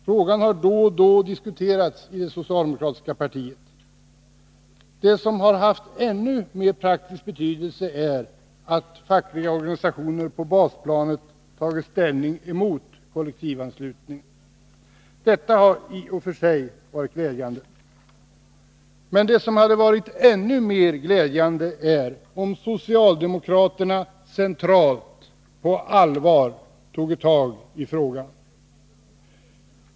Frågan har då och då diskuterats i det socialdemokratiska partiet. Det som har haft ännu mer praktisk betydelse är att fackliga organisationer på basplanet tagit ställning mot kollektivanslut Torsdagen den ningen. Detta har i och för sig varit glädjande. Ännu mer glädjande skulle det 9 december 1982 vara om socialdemokraterna centralt på allvar tog tag i frågan.